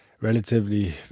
relatively